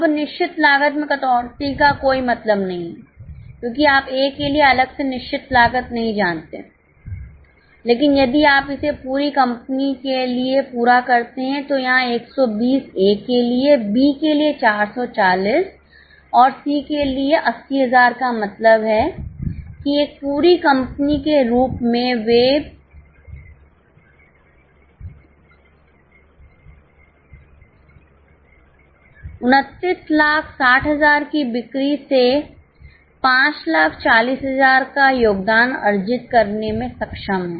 अब निश्चित लागत में कटौती का कोई मतलब नहीं है क्योंकि आप ए के लिए अलग से निश्चित लागत नहीं जानते हैं लेकिन यदि आप इसे पूरी कंपनी के लिए पूरा करते हैं तो यहां 220 ए के लिए बी के लिए 440 और सी के लिए 80000 का मतलब है कि एक पूरी कंपनी के रूप में वे 2960000 की बिक्री से 540000 का योगदान अर्जित करने में सक्षम हैं